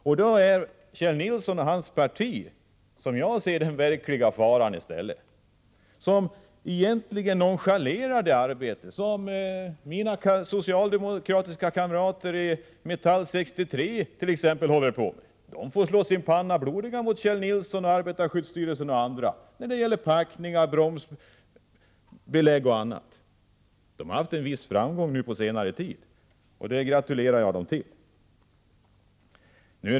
Därför är Kjell Nilsson och hans parti, som jag ser det, den verkliga faran. De nonchalerar det arbete som t.ex. mina socialdemokratiska kamrater i Metall 63 håller på med. De får slå sina pannor blodiga mot Kjell Nilsson, arbetarskyddsstyrelsen och andra, när det gäller packningar, bromsbelägg och annat, låt vara att de haft en viss framgång nu på senare tid — det gratulerar jag dem till.